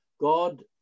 God